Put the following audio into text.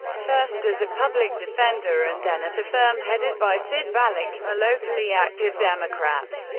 first as a public defender and then at a firm headed by sid balick, a locally active democrat.